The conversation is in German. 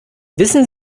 wissen